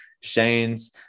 Shane's